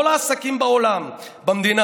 כל העסקים במדינה,